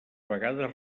vegades